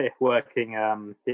working